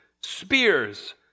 spears